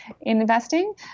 investing